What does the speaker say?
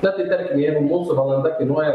na tai tarkim jeigu mūsų valanda kainuoja